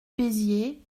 béziers